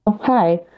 hi